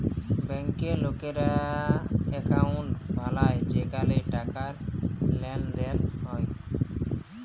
ব্যাংকে লকেরা একউন্ট বালায় যেখালে টাকার লেনদেল হ্যয়